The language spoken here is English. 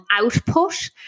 output